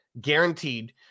guaranteed